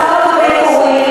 מה זה שייך?